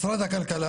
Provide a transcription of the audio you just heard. משרד הכלכלה